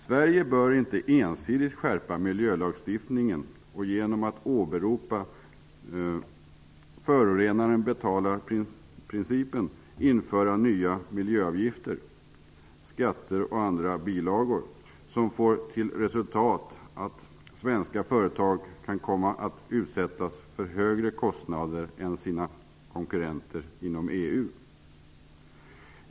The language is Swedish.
Sverige bör inte ensidigt skärpa miljölagstiftningen och genom att åberopa ''förorenaren-betalarprincipen'' införa nya miljöavgifter, skatter och pålagor som får till resultat att svenska företag kan komma att utsättas för högre kostnader än sina konkurrenter inom EU.